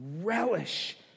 Relish